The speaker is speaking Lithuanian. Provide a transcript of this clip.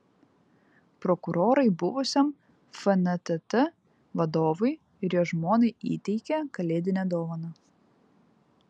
prokurorai buvusiam fntt vadovui ir jo žmonai įteikė kalėdinę dovaną